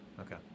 okay